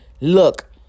look